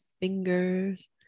fingers